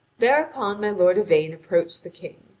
thereupon my lord yvain approached the king,